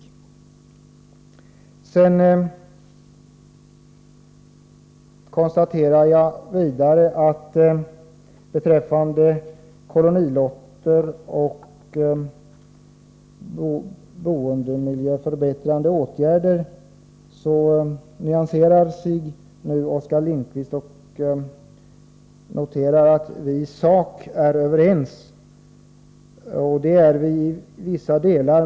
Vidare konstaterar jag att beträffande kolonilotter och förbättrande åtgärder för bostadsmiljön nyanserar sig nu Oskar Lindkvist och noterar att vi i sak är överens. Ja, det är vi i vissa delar.